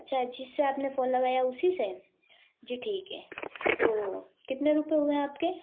अच्छा जिससे आपने फ़ोन लगाया उसीसे जी ठीक है तो कितने रुपए हुए आपके